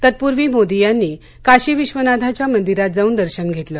तत्पूर्वी मोदी यांनी काशी विश्वनाथाच्या मंदिरात जाऊन दर्शन घेतलं